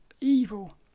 evil